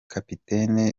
capitaine